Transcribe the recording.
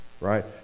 right